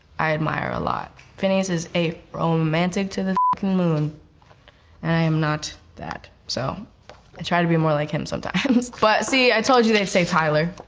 i admire a lot. finneas is a romantic to the moon and i am not that, so i try to be more like him sometimes, but see, i told you they'd say tyler.